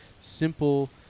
simple